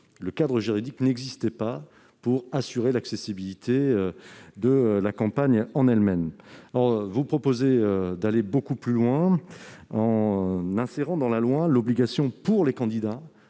un vide juridique persiste : aucun cadre n'assure l'accessibilité de la campagne elle-même. Vous proposez d'aller beaucoup plus loin en inscrivant dans la loi l'obligation pour les candidats